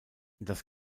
das